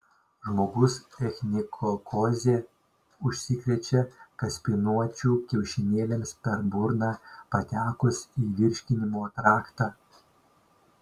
žmogus echinokokoze užsikrečia kaspinuočių kiaušinėliams per burną patekus į virškinimo traktą